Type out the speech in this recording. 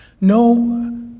No